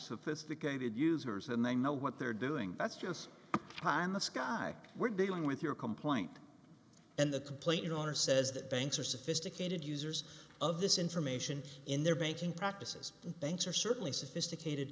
sophisticated users and they know what they're doing that's just high in the sky we're dealing with your complaint and the complaint owner says that banks are sophisticated users of this information in their banking practices and banks are certainly sophisticated